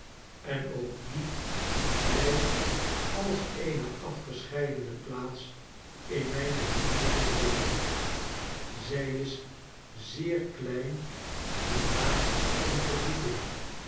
en ook die blyft als eene afgescheidene plaats in mijne herinnering levendig zij is zeer klein en laag van verdieping